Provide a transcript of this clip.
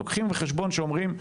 לוקחים בחשבון שאומרים,